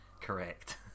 correct